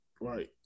Right